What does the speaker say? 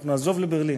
אנחנו נעזוב לברלין.